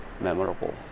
memorable